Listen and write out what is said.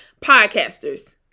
podcasters